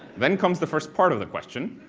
then comes the first part of the question